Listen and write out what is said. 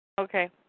Okay